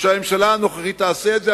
שהממשלה הנוכחית תעשה את זה.